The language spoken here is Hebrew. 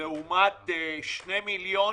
לעומת 2.2 מיליון